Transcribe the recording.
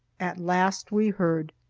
at last we heard,